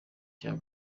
cya